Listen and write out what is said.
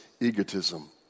egotism